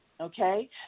okay